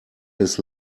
his